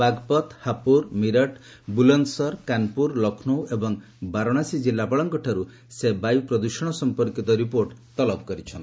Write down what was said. ବାଗପଥ୍ ହାପୁର ମିରଟ ବୁଲନ୍ଦସର କାନପୁର ଲକ୍ଷ୍ନୌ ଏବଂ ବାରଣାସୀ ଜିଲ୍ଲାପାଳଙ୍କଠାରୁ ସେ ବାୟୁପ୍ରଦୂଷଣ ସଂପର୍କିତ ରିପୋର୍ଟ ତଲବ କରିଚ୍ଛନ୍ତି